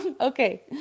okay